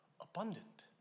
abundant